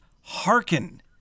hearken